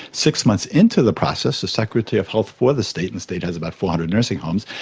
six months into the process, the secretary of health for the state, and state has about four hundred nursing homes,